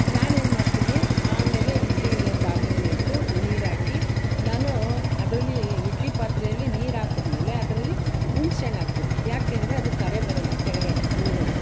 ನಾನೇನು ಮಾಡ್ತೀನಿ ಆಮೇಲೆ ಇಡ್ಲಿ ಪಾತ್ರೆನ ಇಟ್ಟು ನೀರು ಹಾಕಿ ನಾನು ಅದರಲ್ಲಿ ಇಡ್ಲಿ ಪಾತ್ರೆಯಲ್ಲಿ ನೀರು ಹಾಕಿದ್ಮೇಲೆ ಅದರಲ್ಲಿ ಹುಣಸೇ ಹಣ್ಣು ಹಾಕ್ತೀನಿ ಯಾಕೆ ಅಂದರೆ ಅದು ಕರೆ ಬರೋಲ್ಲ ಕೆಳಗಡೆ ನೀರಲ್ಲಿ